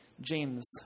James